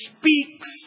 speaks